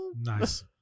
Nice